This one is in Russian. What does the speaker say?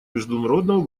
международного